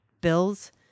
bills